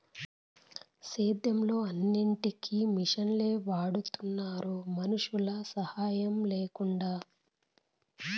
సేద్యంలో అన్నిటికీ మిషనులే వాడుతున్నారు మనుషుల సాహాయం లేకుండా